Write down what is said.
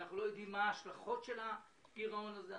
אנחנו לא יודעים מה ההשלכות של הגירעון הזה,